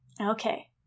Okay